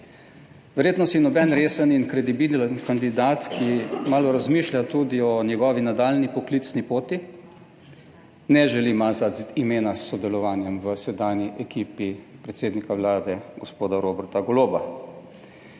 Verjetno si noben resen in kredibilen kandidat, ki malo razmišlja tudi o njegovi nadaljnji poklicni poti, ne želi mazati imena s sodelovanjem v sedanji ekipi predsednika Vlade gospoda Roberta Goloba.